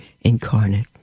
incarnate